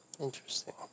Interesting